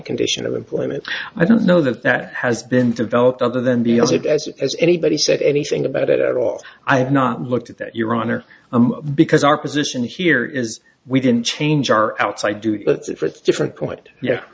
condition of employment i don't know that that has been developed other than be as good as as anybody said anything about it at all i have not looked at that your honor i'm because our position here is we didn't change our outside do it but if it's a different point yeah